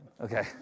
Okay